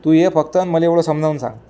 तू ये फक्त न मला एवढं समजावून सांग